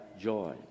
joy